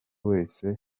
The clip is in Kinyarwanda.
wese